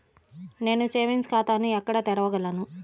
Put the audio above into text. నేను సేవింగ్స్ ఖాతాను ఎక్కడ తెరవగలను?